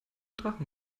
drachen